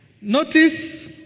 Notice